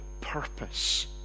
purpose